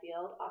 field